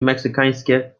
meksykańskie